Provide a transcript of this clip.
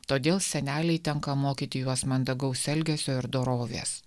todėl senelei tenka mokyti juos mandagaus elgesio ir dorovės